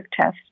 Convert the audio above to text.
test